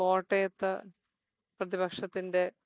കോട്ടയത്ത് പ്രതിപക്ഷത്തിൻ്റെ